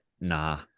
Nah